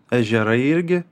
ežerai irgi